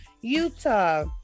Utah